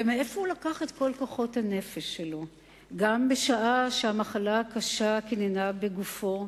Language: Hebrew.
ומאיפה הוא לקח את כל כוחות הנפש שלו גם בשעה שהמחלה הקשה קיננה בגופו,